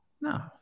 no